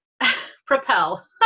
propel